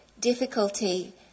difficulty